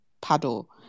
paddle